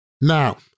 Now